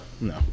No